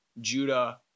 Judah